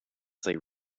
they